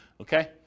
Okay